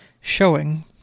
showing